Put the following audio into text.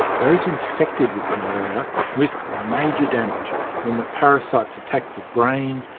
those infected with malaria risk major damage when the parasites attack the brain,